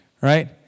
right